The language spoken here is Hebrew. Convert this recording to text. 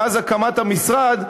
מאז הקמת המשרד,